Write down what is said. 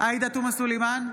עאידה תומא סלימאן,